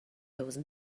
those